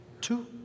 Two